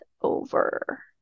over